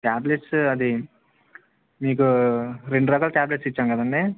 tablets అది మీకు రెండు రకాల టాబ్లెట్స్ ఇచ్చాము కదండీ